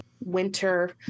winter